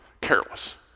careless